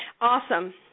Awesome